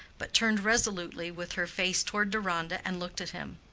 but turned resolutely with her face toward deronda and looked at him.